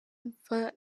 mfa